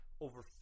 Over